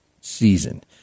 season